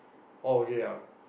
all okay ah